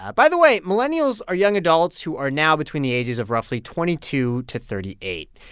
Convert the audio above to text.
by the way, millennials are young adults who are now between the ages of roughly twenty two to thirty eight.